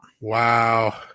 Wow